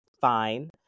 fine